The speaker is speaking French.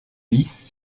hisse